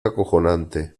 acojonante